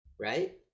Right